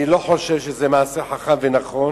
אני לא חושב שזה מעשה חכם ונכון,